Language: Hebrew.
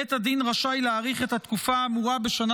בית הדין רשאי להאריך את התקופה האמורה בשנה